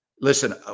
Listen